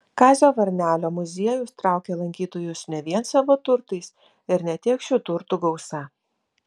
kazio varnelio muziejus traukia lankytojus ne vien savo turtais ir ne tiek šių turtų gausa